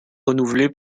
renouvelée